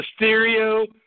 Mysterio